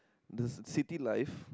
the city life